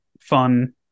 fun